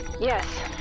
yes